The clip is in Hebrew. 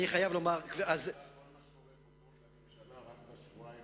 רק בשבועיים האלה.